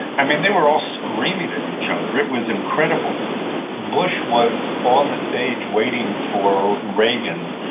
i mean, they were all screaming at each other. it was incredible bush was on the stage waiting for reagan,